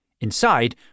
Inside